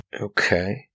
Okay